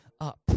up